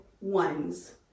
ones